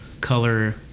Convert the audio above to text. color